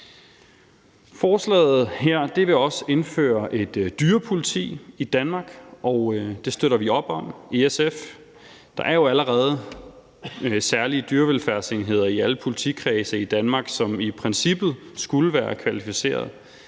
Forslaget her vil også indføre et dyrepoliti Danmark, og det støtter vi op om i SF. Der er jo allerede særlige dyrevelfærdsenheder i alle politikredse i Danmark, som i princippet skulle være kvalificerede.